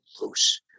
loose